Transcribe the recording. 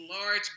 large